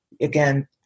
again